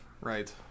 Right